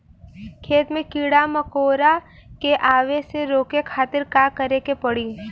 खेत मे कीड़ा मकोरा के आवे से रोके खातिर का करे के पड़ी?